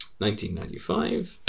1995